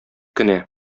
кенә